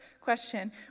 question